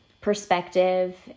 perspective